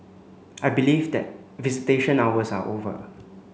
I believe that visitation hours are over